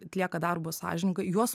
atlieka darbą sąžiningai juos